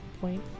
point